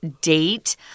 date